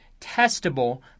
testable